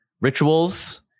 rituals